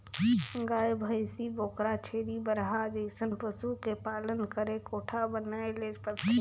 गाय, भइसी, बोकरा, छेरी, बरहा जइसन पसु के पालन करे कोठा बनाये ले परथे